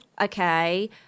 okay